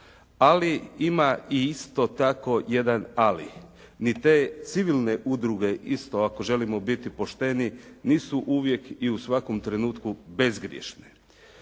Ali ima i isto tako jedan ali. Ni te civilne udruge isto ako želimo biti pošteni, nisu uvijek i u svakom trenutku bezgrješne.